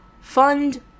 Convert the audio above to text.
fund